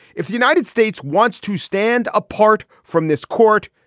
if the united states wants to stand apart from this court,